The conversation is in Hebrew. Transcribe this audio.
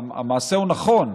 המעשה הוא נכון,